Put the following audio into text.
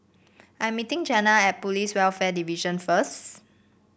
I am meeting Janna at Police Welfare Division first